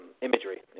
imagery